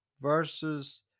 versus